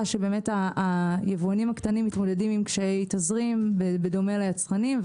שבאמת היבואנים הקטנים מתמודדים עם קשיי תזרים בדומה ליצרנים.